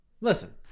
Listen